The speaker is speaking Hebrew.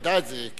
תדע את זה.